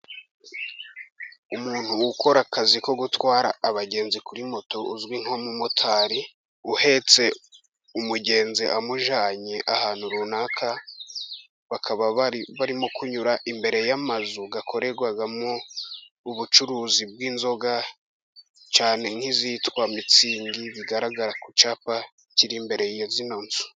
Umuntu ukora akazi ko gutwara abagenzi kuri moto uzwi nk'umumotari uhetse umugenzi amujyananye ahantu runaka, bakaba barimo kunyura imbere y'amazu akorerwagamwo ubucuruzi bw'inzoga, cyane nk'izitwa mitsingi, bigaragara ku cyapa kiri imbere ya zino nzu.